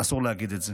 אסור להגיד את זה.